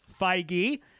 feige